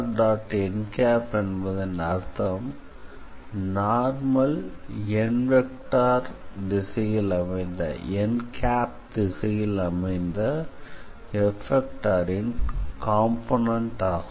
n என்பதின் அர்த்தம் normal n திசையில் அமைந்த F காம்போனண்ட் ஆகும்